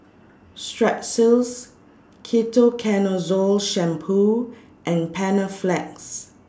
Strepsils Ketoconazole Shampoo and Panaflex